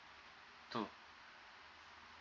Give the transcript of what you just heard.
two